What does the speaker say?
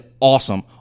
awesome